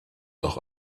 auch